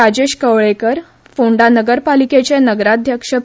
राजेश कवळेकर फोंडा नगरपालिकेचे नगराध्यक्ष श्री